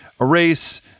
erase